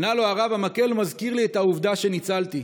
ענה לו הרב: המקל מזכיר לי העובדה שניצלתי,